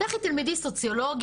לכי תלמדי סוציולוגיה,